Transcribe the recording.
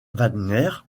wagner